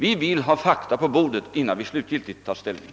Vi vill ha fakta på bordet innan vi slutgiltigt tar ställning.